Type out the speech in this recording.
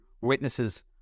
witnesses